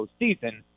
postseason